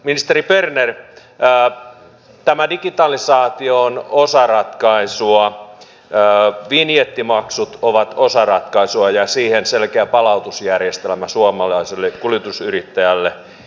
ministeri berner tämä digitalisaatio on osa ratkaisua vinjettimaksut ovat osa ratkaisua ja siihen selkeä palautusjärjestelmä suomalaiselle kuljetusyrittäjälle